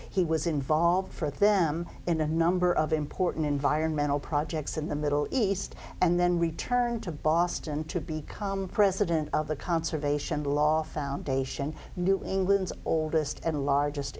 he was involved for them in a number of important environmental projects in the middle east and then returned to boston to become president of the conservation law foundation new england's oldest and largest